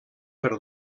per